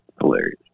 Hilarious